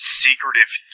secretive